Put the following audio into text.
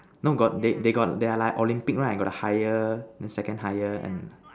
no got they they got their like Olympic right got the higher then second higher and